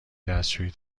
دستشویی